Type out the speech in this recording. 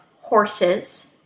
horses